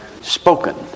Spoken